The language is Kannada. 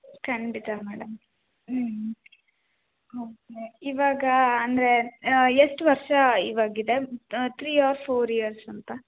ಖಂಡಿತ ಮೇಡಮ್ ಹ್ಞೂ ಓಕೆ ಇವಾಗ ಅಂದರೆ ಎಷ್ಟು ವರ್ಷ ಇವಾಗಿದೆ ತ್ರೀ ಆರ್ ಫೋರ್ ಇಯರ್ಸ್ ಅಂತ